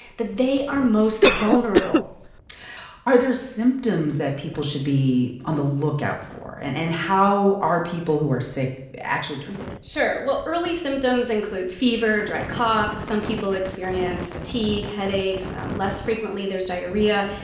that they are most vulnerable are there symptoms that people should be on the lookout for? and and how are people who are sick actually treated? sure. well, early symptoms include fever, dry cough, some people experience fatigue, headaches less frequently, there's diarrhea.